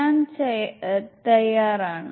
ഞാൻ തയ്യാറാണ്